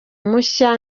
mushya